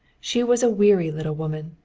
she was a weary little woman,